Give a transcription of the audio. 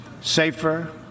safer